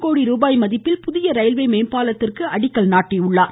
கோடி ரூபாய் மதிப்பில் புதிய ரயில்வே மேம்பாலத்திற்கு அடிக்கல் நாட்டினார்